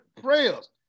prayers